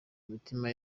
imitima